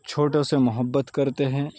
چھوٹوں سے محبت کرتے ہیں